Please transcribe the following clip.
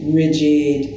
rigid